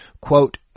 quote